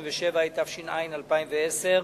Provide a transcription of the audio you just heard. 177), התש"ע 2010,